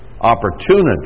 opportunity